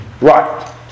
Right